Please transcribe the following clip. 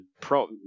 pro